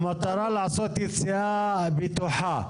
המטרה היא לעשות יציאה בטוחה.